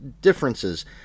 differences